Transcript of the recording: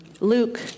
Luke